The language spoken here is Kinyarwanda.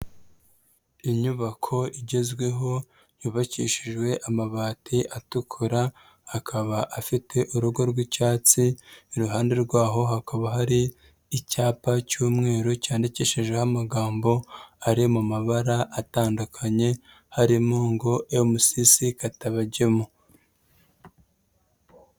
Inyubako igezweho yubakishijwe amabati atukura, akaba afite urugo rw'icyatsi, iruhande rwaho hakaba hari icyapa cy'umweru cyandikishijeho amagambo ari mu mabara atandukanye harimo ngo MCC katabagemu.